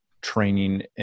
training